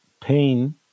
pain